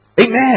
Amen